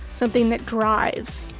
something that drives.